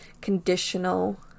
conditional